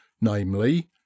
namely